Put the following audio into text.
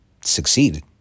succeed